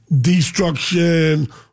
destruction